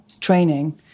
training